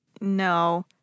No